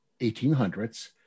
1800s